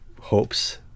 hopes